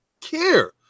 care